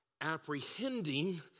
apprehending